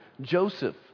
Joseph